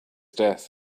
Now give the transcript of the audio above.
death